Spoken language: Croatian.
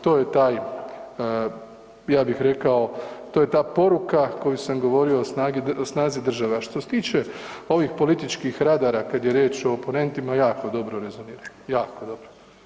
To je taj ja bih rekao, to je ta poruka koju sam govorio o snazi države a što se tiče ovih političkih radara kad je riječ o oponentima, jako dobro rezoniram, jako dobro.